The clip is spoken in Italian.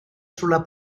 sulla